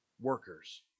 workers